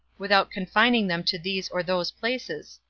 without confining them to these or those places.